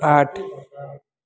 आठ